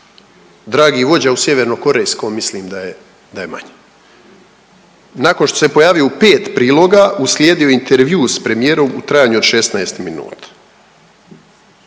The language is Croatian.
Dragi vođa u sjevernokorejskom mislim da je manje. Nakon što se pojavio u 5 priloga, uslijedio je intervju s premijerom u trajanju od 16 minuta.